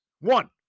one